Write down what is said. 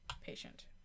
patient